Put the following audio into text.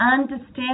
understand